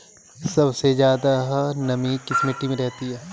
सबसे ज्यादा नमी किस मिट्टी में रहती है?